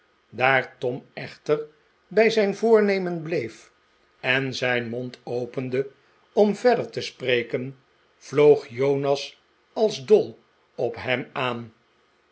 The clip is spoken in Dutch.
daar tom echter bij zijn voornemen bleef en zijn mond opende om verder te spreken vloog jonas als dol op hem aan